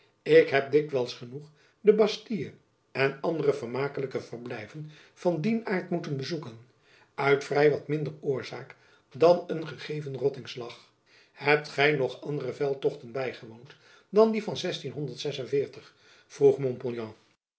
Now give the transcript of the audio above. ik heb dikwijls genoeg de bastille en andere vermakelijke verblijven van jacob van lennep elizabeth musch dien aart moeten bezoeken uit vrij wat minder oorzaak dan een gegeven rottingslag hebt gy nog anderen veldtochten bygewoond dan die van vroeg